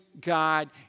God